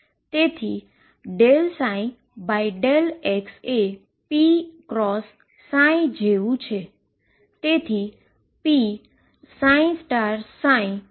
તેથી ∂ψ ∂x એ p×ψ જેવું છે